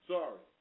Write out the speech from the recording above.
Sorry